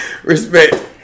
Respect